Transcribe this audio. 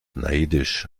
neidisch